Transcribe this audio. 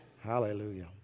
Hallelujah